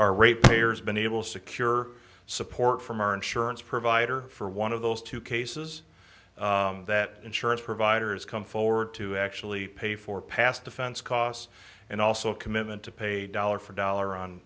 rate payers been able to secure support from our insurance provider for one of those two cases that insurance providers come forward to actually pay for past defense costs and also a commitment to pay dollar for dollar on